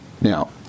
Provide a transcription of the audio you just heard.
now